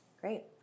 Great